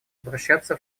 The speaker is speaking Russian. обращаться